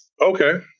Okay